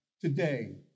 today